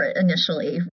initially